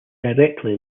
directly